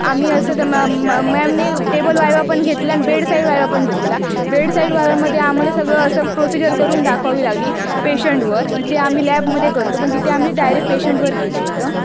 आम्ही असे म मॅमने टेबल व्हायवा पण घेतल्या अन बेडसाइड व्हायवा पण घेतलेल्या बेडसाइड व्हायवामध्ये आम्हाला सगळं असं प्रोसिजर करून दाखवावी लागली पेशंटवर इथे आम्ही लॅबमध्ये करतो पण तिथे आम्ही डायरेक्ट पेशंटवर केलं होतं